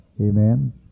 amen